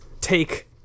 take